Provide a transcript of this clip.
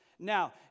Now